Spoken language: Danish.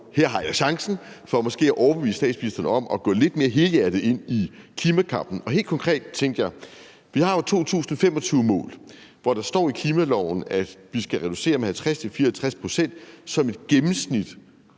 nu har jeg chancen for måske at overbevise statsministeren om at gå lidt mere helhjertet ind i klimakampen. Helt konkret tænkte jeg: Vi har jo et 2025-mål, hvor der står i klimaloven, at vi skal reducere med 50-54 pct. som et gennemsnit